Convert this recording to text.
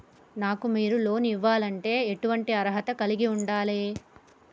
నాకు మీరు లోన్ ఇవ్వాలంటే ఎటువంటి అర్హత కలిగి వుండాలే?